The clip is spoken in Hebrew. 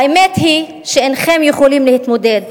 האמת היא, שאינכם יכולים להתמודד